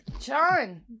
John